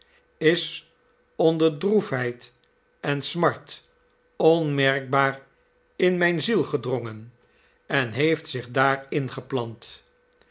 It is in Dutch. is onder droefheid en smart onmerkbaar in mijn ziel gedrongen en heeft zich daar ingeplant